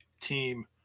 team